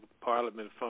Parliament